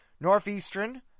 Northeastern